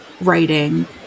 writing